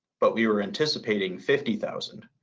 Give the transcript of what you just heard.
but we were anticipating fifty thousand